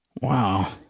Wow